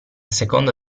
seconda